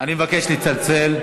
אני מבקש לצלצל.